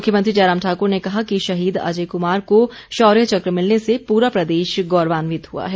मुख्यमंत्री जयराम ठाकुर ने कहा कि शहीद अजय कुमार को शौर्य चक्र मिलने से पूरा प्रदेश गौरवान्वित हुआ है